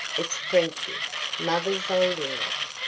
it's frenchy mother's old english.